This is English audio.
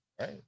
right